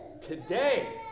today